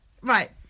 right